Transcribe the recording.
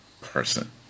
person